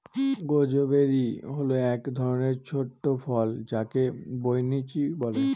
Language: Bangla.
গুজবেরি হল এক ধরনের ছোট ফল যাকে বৈনচি বলে